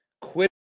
quit